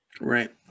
Right